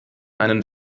einen